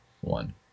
one